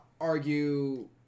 argue